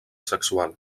sexual